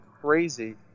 crazy